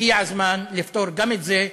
הגיע הזמן לפתור גם את זה,